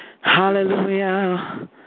hallelujah